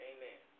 Amen